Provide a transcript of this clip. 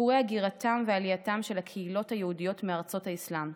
סיפורי הגירתן ועלייתן של הקהילות היהודיות מארצות האסלאם,